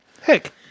Heck